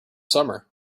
summer